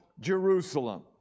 Jerusalem